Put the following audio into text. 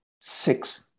six